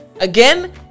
Again